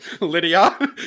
Lydia